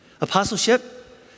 Apostleship